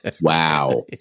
Wow